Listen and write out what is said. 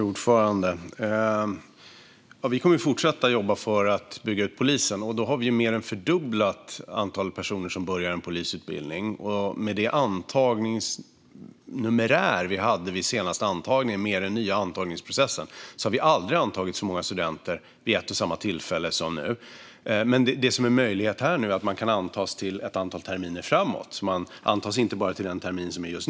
Fru talman! Vi kommer att fortsätta att jobba för att bygga ut polisen. Vi har mer än fördubblat antalet personer som börjar en polisutbildning, och vi har aldrig antagit så många studenter vid ett och samma tillfälle som vid den senaste antagningen med den nya antagningsprocessen. Nu finns en möjlighet att söka till och antas till utbildningsstart som ligger ett antal terminer framåt.